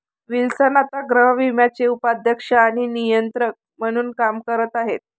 Wilson आता गृहविम्याचे उपाध्यक्ष आणि नियंत्रक म्हणून काम करत आहेत